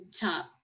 top